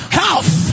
health